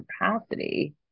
capacity